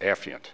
affiant